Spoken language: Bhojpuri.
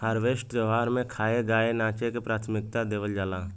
हार्वेस्ट त्यौहार में खाए, गाए नाचे के प्राथमिकता देवल जाला